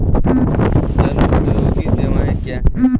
जनोपयोगी सेवाएँ क्या हैं?